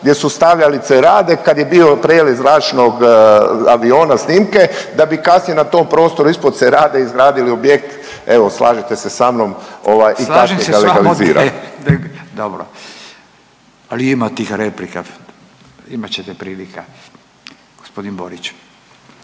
se ne razumije./… rade, kad je bio prelet zračnog aviona, snimke da bi kasnije na tom prostoru ispod cerade izgradili objekt. Evo slažete se sa mnom i kasnije ga legalizira. **Radin, Furio (Nezavisni)** Slažem se sa vama o.k. Dobro. Ali ima tih replika. Imat ćete prilika. Gospodin Borić.